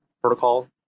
protocol